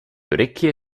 orecchie